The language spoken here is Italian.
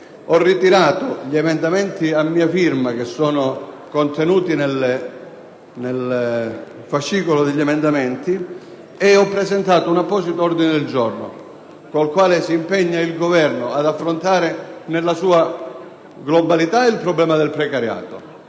ho ritirato gli emendamenti a mia firma, contenuti nel relativo fascicolo, e ho presentato un apposito ordine del giorno con il quale si impegna il Governo ad affrontare nella sua globalità il problema del precariato